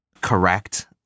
correct